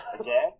again